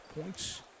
points